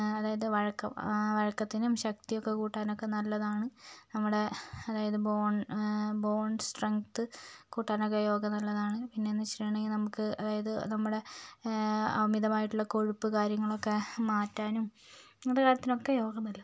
അതായത് വഴക്കം വഴക്കത്തിനും ശക്തിയൊക്കെ കൂട്ടാനൊക്കെ നല്ലതാണ് നമ്മുടെ അതായത് ബോൺ ബോൺ സ്ട്രെങ്ത്ത് കൂട്ടാനൊക്കെ യോഗ നല്ലതാണ് പിന്നെയെന്നു വെച്ചിട്ടുണ്ടെങ്കിൽ നമുക്ക് അതായത് നമ്മുടെ അമിതമായിട്ടുള്ള കൊഴുപ്പ് കാര്യങ്ങളൊക്കെ മാറ്റാനും അങ്ങനത്തെ കാര്യത്തിനൊക്കെ യോഗ നല്ലതാണ്